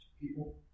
people